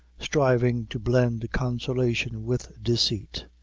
striving to blend consolation with deceit,